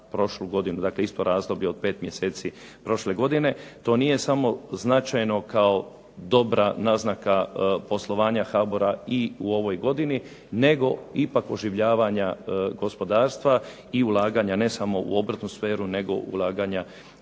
dakle isto razdoblje od 5 mjeseci prošle godine. To nije samo značajno kao dobra naznaka poslovanja HBOR-a i u ovoj godini nego ipak oživljavanja gospodarstva i ulaganja ne samo u obrtnu sferu nego ulaganja i